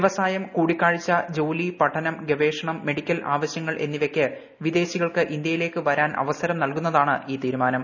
വൃവസായം കൂടിക്കാഴ്ച ജോലി പഠനം ഗവേഷണം മെഡിക്കൽ ആവശ്യങ്ങൾ എന്നിവയ്ക്ക് വിദേശികൾക്ക് ഇന്ത്യയിലേക്ക് വരാൻ അവസരം നൽകുന്നതാണ് ഈ തീരുമാനം